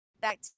back